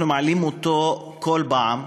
אנחנו מעלים אותו מדי פעם,